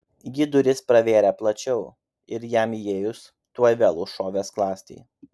ji duris pravėrė plačiau ir jam įėjus tuoj vėl užšovė skląstį